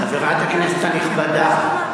חברת הכנסת הנכבדה,